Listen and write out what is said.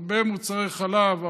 הרבה מוצרי חלב,